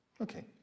Okay